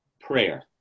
prayer